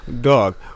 Dog